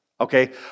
okay